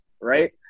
right